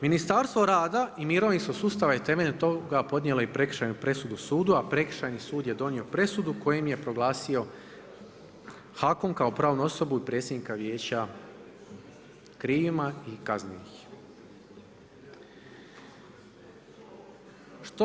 Ministarstvo rada i mirovinskog sustava je temeljem toga podnijelo i prekršajnu presudu sudu, a prekršajni sud je donio presudu kojim je proglasio HAKOM kao pravnu osobu i predsjednika vijeća krivima i kaznio ih.